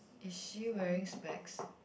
is she wearing specs